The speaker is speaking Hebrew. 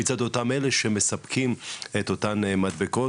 מצד אותם אלה שמספקים את אותן מדבקות,